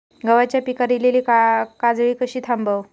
गव्हाच्या पिकार इलीली काजळी कशी थांबव?